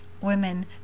women